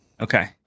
Okay